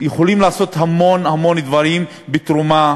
יכולים לעשות המון המון דברים בתרומה,